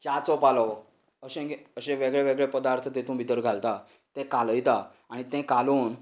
च्याचो पालो अशें अशें वेगळे वेगळे पदार्थ तेतूंत भितर घालता तें कालयता आनी तें कालोवन